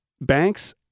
Banks